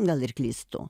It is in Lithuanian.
gal ir klystu